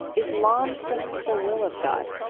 islam stresses the will of god.